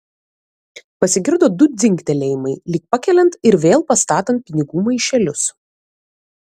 pasigirdo du dzingtelėjimai lyg pakeliant ir vėl pastatant pinigų maišelius